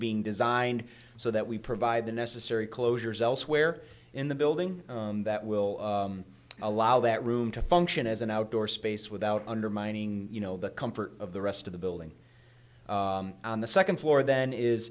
being designed so that we provide the necessary closures elsewhere in the building that will allow that room to function as an outdoor space without undermining you know the comfort of the rest of the building on the second floor then